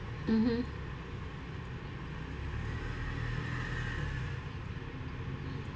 mmhmm